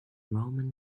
roman